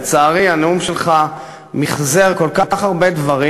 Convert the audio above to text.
לצערי, הנאום שלך ממחזר כל כך הרבה דברים.